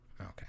Okay